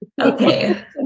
Okay